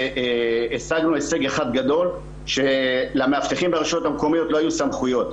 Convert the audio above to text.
השגנו הישג אחד גדול: למאבטחים ברשויות המקומיות לא תהיינה סמכויות.